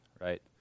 right